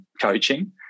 coaching